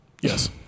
Yes